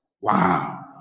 Wow